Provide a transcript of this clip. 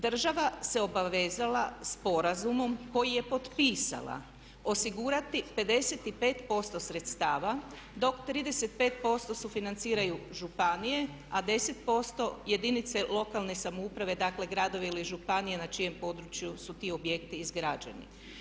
Država se obavezala sporazumom koji je potpisala osigurati 55% sredstava dok 35% sufinanciraju županije, a 10% jedinice lokalne samouprave, dakle gradovi ili županije na čijem području su ti objekti izgrađeni.